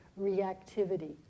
reactivity